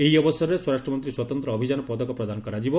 ଏହି ଅବସରରେ ସ୍ୱରାଷ୍ଟ୍ରମନ୍ତ୍ରୀ ସ୍ୱତନ୍ତ୍ର ଅଭିଯାନ ପଦକ ପ୍ରଦାନ କରାଯିବ